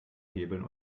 hebeln